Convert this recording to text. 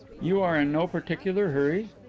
you are in no particular hurry?